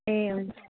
ए हुन्छ